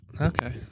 Okay